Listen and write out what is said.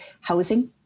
housing